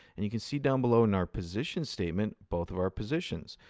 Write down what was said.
and you can see down below in our position statement both of our positions.